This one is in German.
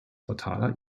fataler